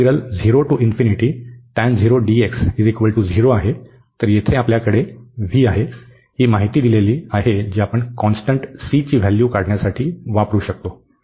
तर येथे आपल्याकडे v आहे ही माहिती दिलेली आहे जी आपण कॉन्स्टंट c ची व्हॅल्यू काढण्यासाठी वापरु शकतो